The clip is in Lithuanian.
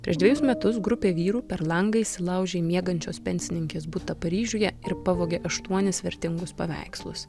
prieš dvejus metus grupė vyrų per langą įsilaužė į miegančios pensininkės butą paryžiuje ir pavogė aštuonis vertingus paveikslus